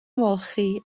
ymolchi